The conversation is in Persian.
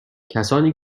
کسانی